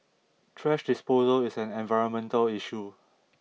thrash disposal is an environmental issue